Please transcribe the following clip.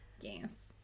Yes